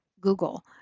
google